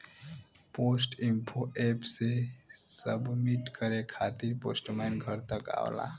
post info app से submit करे खातिर पोस्टमैन घर तक आवला